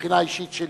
מבחינה אישית שלי,